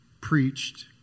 preached